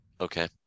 Okay